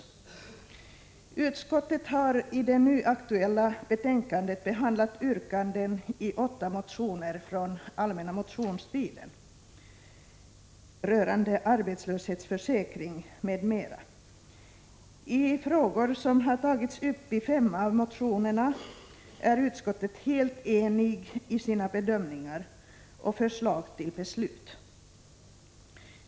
Utskottet har i det nu aktuella betänkandet behandlat yrkanden i åtta motioner från den allmänna motionstiden rörande arbetslöshetsförsäkring m.m. I frågor som har tagits upp i fem av motionerna är utskottet helt enigt i sina bedömningar och förslag till beslut.